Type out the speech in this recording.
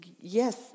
Yes